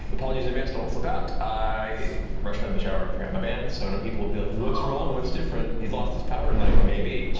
apologies in advance, don't flip out, i rushed out of the shower, forgot my bands, so i know people will be like, what's wrong, what's different? he's lost his power tonight. maybe,